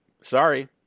sorry